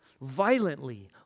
violently